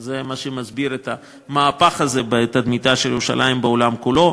זה מה שמסביר את המהפך הזה בתדמיתה של ירושלים בעולם כולו.